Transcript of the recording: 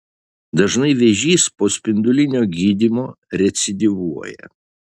dažnai vėžys po spindulinio gydymo recidyvuoja